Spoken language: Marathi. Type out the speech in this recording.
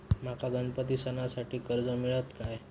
माका गणपती सणासाठी कर्ज मिळत काय?